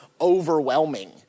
overwhelming